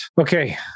Okay